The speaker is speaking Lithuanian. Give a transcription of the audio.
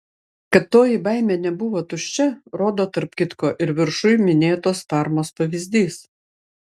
kad toji baimė nebuvo tuščia rodo tarp kitko ir viršuj minėtos parmos pavyzdys